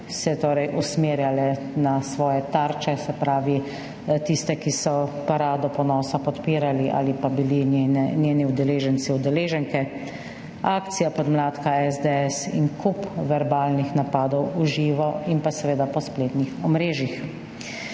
in se usmerjale na svoje tarče, se pravi tiste, ki so Parado ponosa podpirali ali pa bili njeni udeleženci, udeleženke, akcija podmladka SDS in kup verbalnih napadov v živo in pa seveda po spletnih omrežjih.